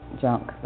junk